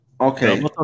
Okay